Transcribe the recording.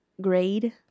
grade